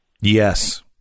Yes